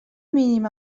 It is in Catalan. mínim